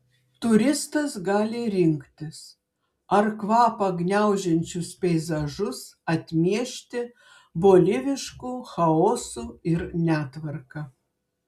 turistas gali rinktis ar kvapą gniaužiančius peizažus atmiešti bolivišku chaosu ir netvarka